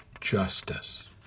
justice